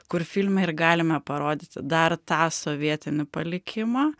kur filme ir galime parodyti dar tą sovietinį palikimą